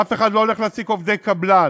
ואף אחד לא הולך להעסיק עובדי קבלן,